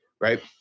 Right